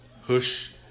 Hush